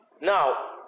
Now